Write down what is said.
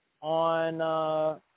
on